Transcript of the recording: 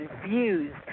confused